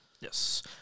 Yes